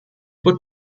would